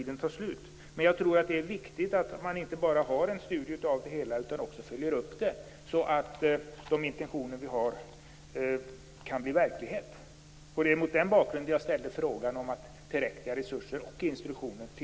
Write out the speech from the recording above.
Det är viktigt att man inte bara gör en studie av det hela utan också följer upp den, så att de intentioner vi har kan bli verklighet. Det är mot den bakgrunden som jag har ställt frågan om JämO kommer att få tillräckliga resurser och instruktioner.